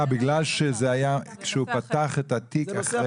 בגלל שהוא פתח את התיק אחרי?